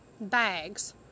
bags